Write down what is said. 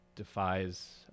defies